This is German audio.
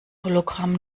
hologramm